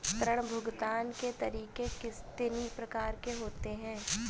ऋण भुगतान के तरीके कितनी प्रकार के होते हैं?